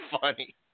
funny